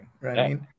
Right